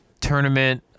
tournament